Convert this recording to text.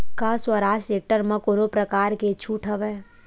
का स्वराज टेक्टर म कोनो प्रकार के छूट हवय?